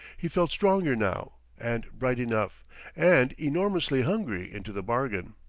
he felt stronger now, and bright enough and enormously hungry into the bargain.